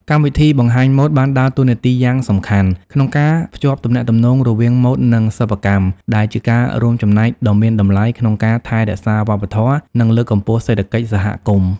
កម្មវិធីបង្ហាញម៉ូដបានដើរតួនាទីយ៉ាងសំខាន់ក្នុងការភ្ជាប់ទំនាក់ទំនងរវាងម៉ូដ និងសិប្បកម្ម ដែលជាការរួមចំណែកដ៏មានតម្លៃក្នុងការថែរក្សាវប្បធម៌ និងលើកកម្ពស់សេដ្ឋកិច្ចសហគមន៍។